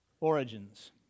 origins